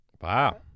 Wow